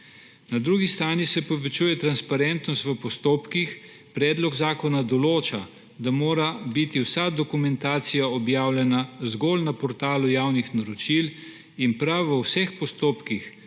drugi strani se povečuje transparentnost v postopkih, predlog zakona določa, da mora biti vsa dokumentacija objavljena zgolj na portalu javnih naročil in prav v vseh postopkih,